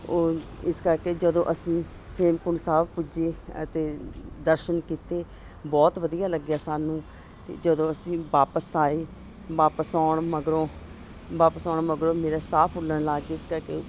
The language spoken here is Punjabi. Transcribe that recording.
ਓ ਇਸ ਕਰਕੇ ਜਦੋਂ ਅਸੀਂ ਹੇਮਕੁੰਟ ਸਾਹਿਬ ਪੁੱਜੇ ਅਤੇ ਦਰਸ਼ਨ ਕੀਤੇ ਬਹੁਤ ਵਧੀਆ ਲੱਗਿਆ ਸਾਨੂੰ ਅਤੇ ਜਦੋਂ ਅਸੀਂ ਵਾਪਸ ਆਏ ਵਾਪਸ ਆਉਣ ਮਗਰੋਂ ਵਾਪਸ ਆਉਣ ਮਗਰੋਂ ਮੇਰੇ ਸਾਹ ਫੁੱਲਣ ਲੱਗ ਗਏ ਇਸ ਕਰਕੇ